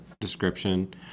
description